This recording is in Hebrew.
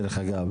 דרך אגב.